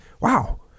Wow